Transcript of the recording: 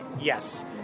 Yes